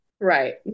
right